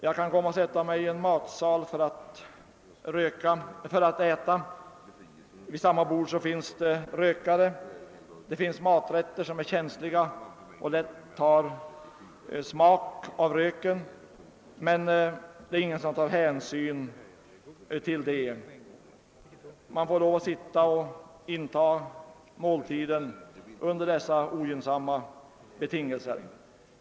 Jag kan sätta mig i en matsal för att äta. Vid samma bord sitter rökare, och det finns maträtter som är känsliga och lätt tar smak av röken, men ingen tar hänsyn härtill. Man får lov att inta måltiden under dessa ogynnsamma betingelser.